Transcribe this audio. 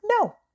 No